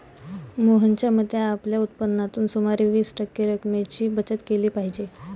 मोहनच्या मते, आपल्या उत्पन्नातून सुमारे वीस टक्के रक्कमेची बचत केली पाहिजे